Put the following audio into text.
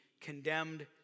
condemned